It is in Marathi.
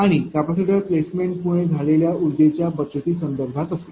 आणि कॅपेसिटर प्लेसमेंटमुळे झालेल्या उर्जेच्या बचती संदर्भात असेल